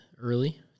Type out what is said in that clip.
early